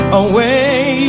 away